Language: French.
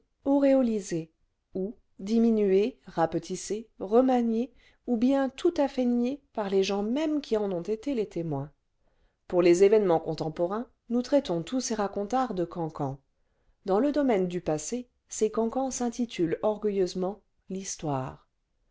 auréolisé ou diminué rapetissé remanié ou bien tout à fait nié par les gens mêmes qui en ont été les témoins pour les événements contemporains nous traitons tous ces racontars de cancans dans le domaine du passé ces cancans s'intitulent orgueilleusement l'histoire